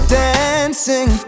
dancing